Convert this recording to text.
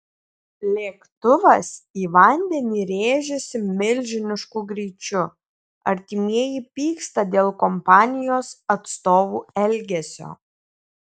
lėktuvas į vandenį rėžėsi milžinišku greičiu artimieji pyksta dėl kompanijos atstovų elgesio